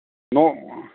न'